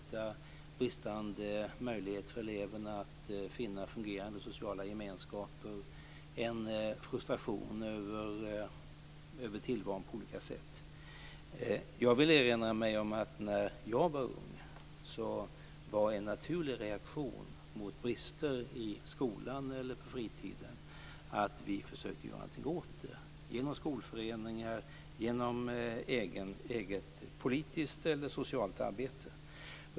Det kan handla om en bristande möjlighet för eleverna att finna fungerande sociala gemenskaper och om en frustration över tillvaron på olika sätt. Jag vill erinra mig att när jag var ung var en naturlig reaktion mot brister i skolan eller på fritiden att vi försökte göra någonting åt dem genom skolföreningar eller genom eget politiskt eller socialt arbete.